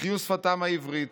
החיו שפתם העברית,